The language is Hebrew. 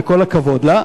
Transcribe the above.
וכל הכבוד לה.